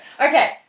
Okay